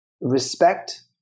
respect